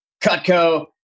Cutco